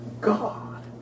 God